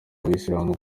abayisilamu